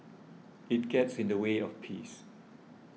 it gets in the way of peace